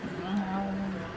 ଆଉ